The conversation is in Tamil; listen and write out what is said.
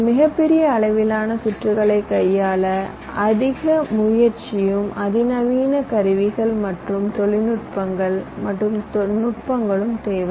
இந்த மிகப் பெரிய அளவிலான சுற்றுகளைக் கையாள அதிக முயற்சியும் அதிநவீன கருவிகள் மற்றும் தொழில்நுட்பங்கள் மற்றும் நுட்பங்களும் தேவை